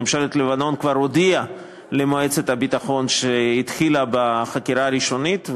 ממשלת לבנון כבר הודיעה למועצת הביטחון שהתחילה בחקירה הראשונית,